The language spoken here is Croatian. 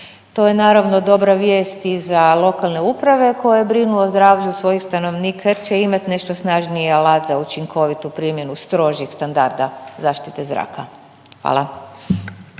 To je naravno dobra vijest i za lokalne uprave koje brinu o zdravlju svojih stanovnika, jer će imati nešto snažnije alat za učinkovitu primjenu strožih standarda zaštite zraka. Hvala.